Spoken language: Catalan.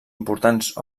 importants